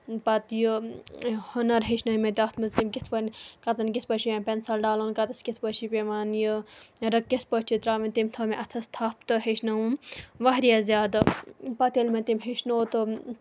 پَتہٕ یہِ ہُنَر ہیٚچھنٲوۍ مےٚ تَتھ منٛز تٔمۍ کِتھ کٔنۍ کَتَن کِتھ پٲٹھۍ چھِ یا پٮ۪نسَل ڈالان کَتَس کِتھ پٲٹھۍ چھِ پٮ۪وان یہِ رٕخ کِتھ پٲٹھۍ چھِ ترٛاوٕنۍ تٔمۍ تھٲو مےٚ اَتھَس تھَپھ تہٕ ہیٚچھنٲوٕم واریاہ زیادٕ پَتہٕ ییٚلہِ مےٚ تٔمۍ ہیٚچھنوو تہٕ